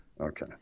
Okay